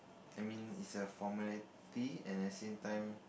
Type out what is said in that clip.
I mean is the formality at the same time